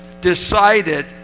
decided